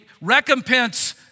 recompense